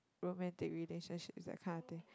romantic relationships that kind of thing